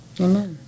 Amen